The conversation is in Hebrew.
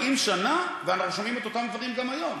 שנה ואנחנו שומעים את אותם דברים גם היום.